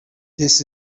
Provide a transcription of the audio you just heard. this